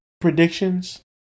predictions